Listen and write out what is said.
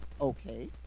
Okay